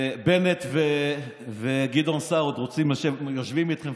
בנט וגדעון סער עוד יושבים איתכם,